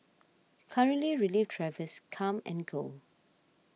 currently relief drivers come and go